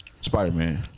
Spider-Man